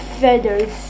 feathers